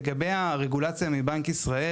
לגבי הרגולציה מבנק ישראל